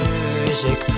music